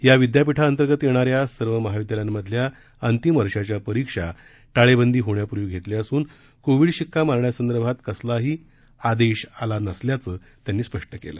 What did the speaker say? या विद्यापीठांतर्गत येणाऱ्या सर्व महाविद्यालयांमधल्या अंतिम वर्षाच्या परीक्षा टाळेबंदी होण्यापूर्वी घेतल्या असून कोविड शिक्का मारण्यासंदर्भात कसलाही आदेश आला नसल्याचं त्यांनी स्पष्ट केलं